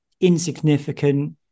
insignificant